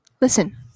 Listen